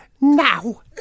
now